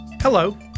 Hello